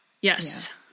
Yes